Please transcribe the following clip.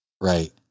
right